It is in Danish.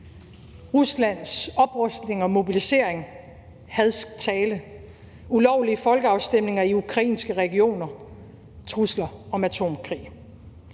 Ruslands oprustning og mobilisering, hadsk tale, ulovlige folkeafstemninger i ukrainske regioner, trusler om atomkrig